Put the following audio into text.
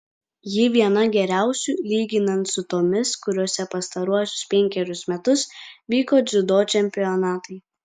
ji viena geriausių lyginant su tomis kuriose pastaruosius penkerius metus vyko dziudo čempionatai